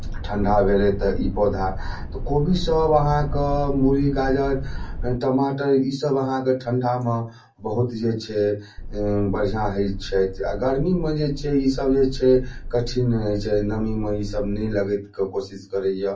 ठंढा भेलै तऽ ई पौधा कोबीसब अहाँके मूली गाजर टमाटर ई सब अहाँके ठंढा मे बहुत जे छै बढ़िऑं होइ छै आ गर्मी मे जे छै ई सब जे छै कठिन होइ छै नमीमे ई सब नहि लगै कऽ कोशिश करैया